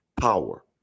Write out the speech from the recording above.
Power